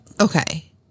Okay